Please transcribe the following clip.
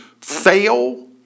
fail